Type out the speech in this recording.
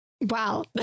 Wow